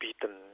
beaten